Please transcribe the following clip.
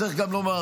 צריך גם לומר,